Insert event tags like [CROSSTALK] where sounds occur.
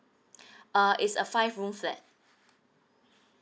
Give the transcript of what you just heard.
[BREATH] uh it's a five room flat